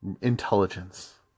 intelligence